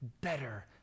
better